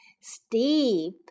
steep